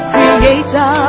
Creator